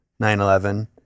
9-11